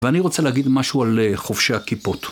ואני רוצה להגיד משהו על חופשי הקיפות.